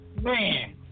Man